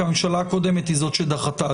כי הממשלה הקודמת היא זו שדחתה,